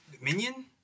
Minion